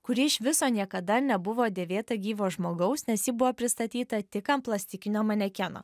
kuri iš viso niekada nebuvo dėvėta gyvo žmogaus nes ji buvo pristatyta tik ant plastikinio manekeno